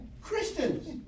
Christians